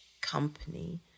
company